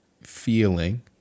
feeling